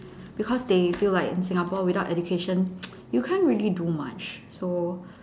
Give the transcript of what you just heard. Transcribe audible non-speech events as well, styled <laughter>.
because they feel like in Singapore without education <noise> you can't really do much so